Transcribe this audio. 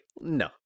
No